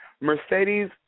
Mercedes